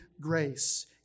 grace